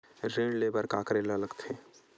ऋण ले बर का करे ला लगथे?